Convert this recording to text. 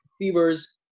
fevers